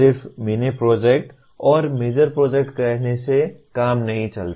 सिर्फ mini project और major project कहने से काम नहीं चलता